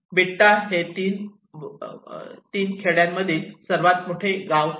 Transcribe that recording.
बिट्टा हे या 3 खेड्यांमधील सर्वात मोठे गाव होते